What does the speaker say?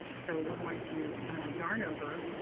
so we're going to yarn over,